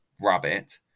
rabbit